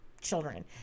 children